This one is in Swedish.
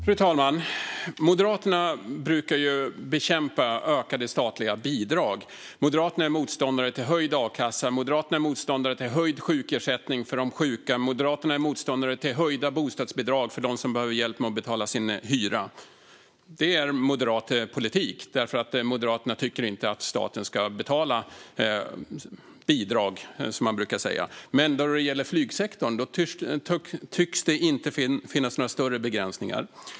Fru talman! Moderaterna brukar bekämpa ökade statliga bidrag. Moderaterna är motståndare till höjd a-kassa, Moderaterna är motståndare till höjd sjukersättning för de sjuka och Moderaterna är motståndare till höjda bostadsbidrag för dem som behöver hjälp att betala sin hyra. Det är Moderaternas politik att staten inte ska betala bidrag. Men när det gäller flygsektorn tycks det inte finnas några begränsningar.